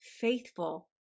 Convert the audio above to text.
faithful